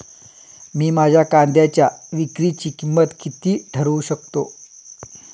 मी माझ्या कांद्यांच्या विक्रीची किंमत किती ठरवू शकतो?